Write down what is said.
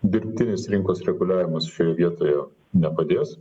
dirbtinis rinkos reguliavimas šioje vietoje nepadės